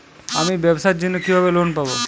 আমি ব্যবসার জন্য কিভাবে লোন পাব?